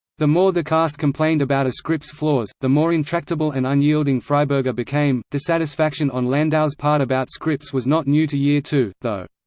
the more the cast complained about a script's flaws, the more intractable and unyielding freiberger became. dissatisfaction on landau's part about scripts was not new to year two, though.